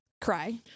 cry